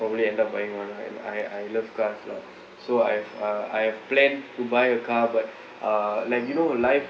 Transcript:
probably end up buying one lah I I I love cars lah so I have uh I have plan to buy a car but uh like you know life